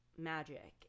Magic